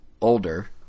older